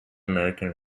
american